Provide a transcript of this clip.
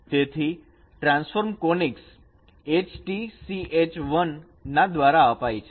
તેથી ટ્રાન્સફોર્મ કોનીકસ H T CH 1 ના દ્વારા અપાય છે